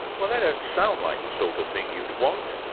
well they don't sound like the sort of thing you'd want,